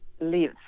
live